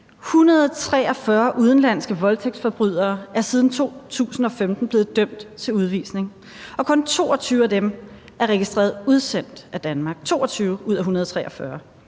143 udenlandske voldtægtsforbrydere er siden 2015 blevet dømt til udvisning, og kun 22 af dem er registreret udsendt af Danmark